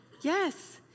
Yes